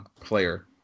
player